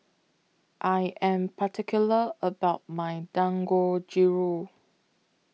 I Am particular about My Dangojiru